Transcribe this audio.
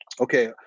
okay